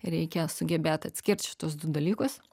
reikia sugebėt atskirt šitus du dalykus